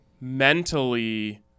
mentally –